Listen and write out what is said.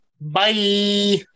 bye